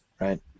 right